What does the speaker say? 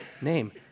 name